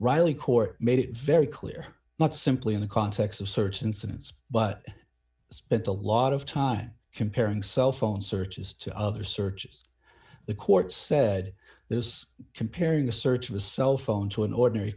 riley court made it very clear not simply in the context of search incidents but spent a lot of time comparing cell phone searches to other searches the court said this comparing a search was cell phone to an ordinary